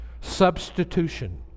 substitution